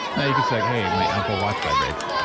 now, you can say, hey, my apple watch vibrates,